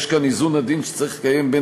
יש כאן איזון עדין שצריך לקיים בין